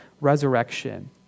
resurrection